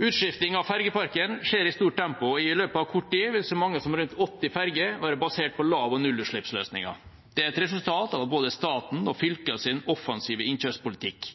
Utskifting av ferjeparken skjer i stort tempo, og i løpet av kort tid vil så mange som rundt 80 ferjer være basert på lav- og nullutslippsløsninger. Det er et resultat av både statens og fylkenes offensive innkjøpspolitikk